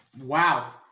wow